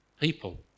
people